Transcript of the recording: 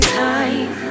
time